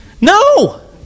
No